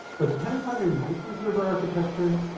but depending on your existing server architecture,